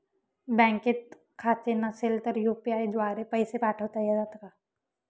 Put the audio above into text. बँकेत खाते नसेल तर यू.पी.आय द्वारे पैसे पाठवता येतात का?